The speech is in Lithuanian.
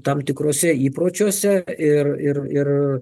tam tikruose įpročiuose ir ir ir